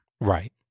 Right